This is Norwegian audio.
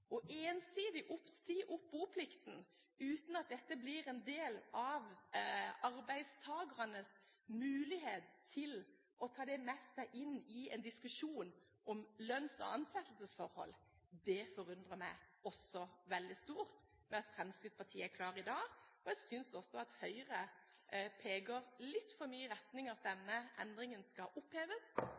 opp boplikten uten at dette blir en del av arbeidstakernes mulighet til å ta det med seg inn i en diskusjon om lønns- og ansettelsesforhold, vil det forundre meg. Det forundrer meg også veldig mye at Fremskrittspartiet er klar for å avvikle ordningen i dag. Jeg synes også at Høyre peker litt for mye i retning av at denne ordningen skal oppheves.